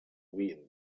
wind